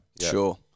sure